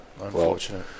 Unfortunate